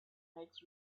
makes